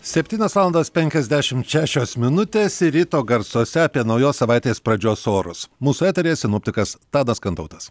septynios valandos penkiasdešimt šešios minutės ir ryto garsuose apie naujos savaitės pradžios orus mūsų eteryje sinoptikas tadas kantautas